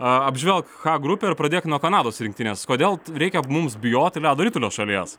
a apžvelk h grupę ir pradėk nuo kanados rinktinės kodėl reikia mums bijoti ledo ritulio šalies